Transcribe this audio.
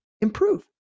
improve